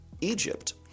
Egypt